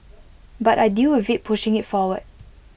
but I deal with IT pushing IT forward